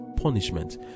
punishment